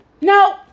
no